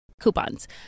coupons